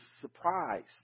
surprised